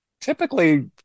typically